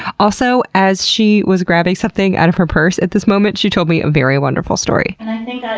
also, as she was grabbing something out of her purse at this moment, she told me a very wonderful story, and i